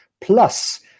Plus